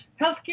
healthcare